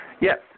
Yes